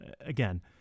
again